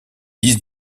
dix